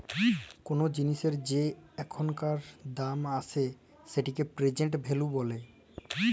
call জিলিসের যে এখানকার দাম আসে সেটিকে প্রেজেন্ট ভ্যালু ব্যলে